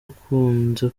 akunze